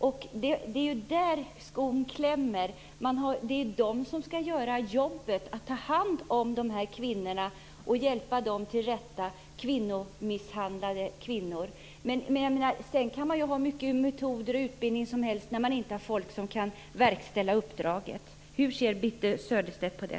Det är ju där skon klämmer. Det är de som skall göra jobbet att ta hand om misshandlade kvinnor och hjälpa dem till rätta. Man kan ha hur mycket metoder och utbildning som helst när man inte har folk som kan verkställa uppdraget. Hur ser Birthe Sörestedt på det?